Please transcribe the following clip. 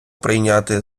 прийняти